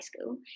school